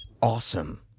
Awesome